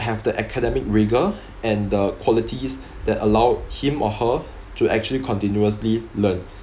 have the academic rigour and the qualities that allow him or her to actually continuously learn